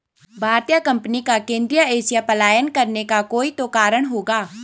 भारतीय कंपनी का केंद्रीय एशिया पलायन करने का कोई तो कारण होगा